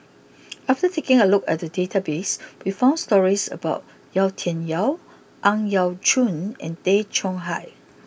after taking a look at the database we found stories about Yau Tian Yau Ang Yau Choon and Tay Chong Hai